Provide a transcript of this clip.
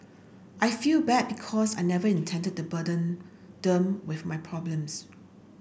I feel bad because I never intended to burden them with my problems